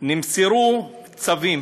נמסרו צווים.